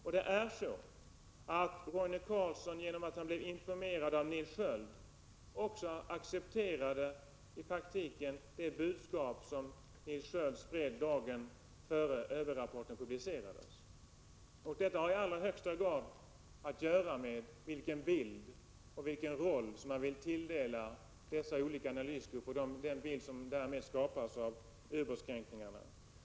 Och det är så att Roine Carlsson genom att han blev informerad av Nils Sköld i praktiken accepterade budskapet i Nils Skölds brev dagen innan ubåtsrapporten publicerades. Detta har i allra högsta grad att göra med vilken roll man vill tilldela dessa olika analysgrupper och den bild som därmed skapas av ubåtskränkningarna.